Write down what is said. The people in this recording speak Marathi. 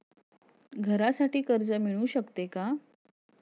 घरासाठी कर्ज मिळू शकते का?